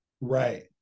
Right